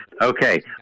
Okay